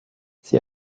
sie